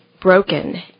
broken